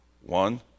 One